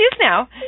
now